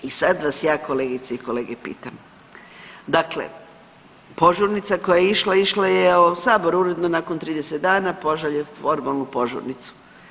I sad vas ja kolegice i kolege pitam, dakle požurnica koja je išla je u, sabor uredno nakon 30 dana pošalje formalnu požurnicu.